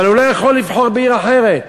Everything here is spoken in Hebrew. אבל הוא לא יכול לבחור בעיר אחרת.